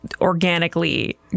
organically